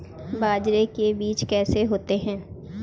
बाजरे के बीज कैसे होते हैं?